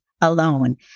alone